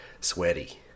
sweaty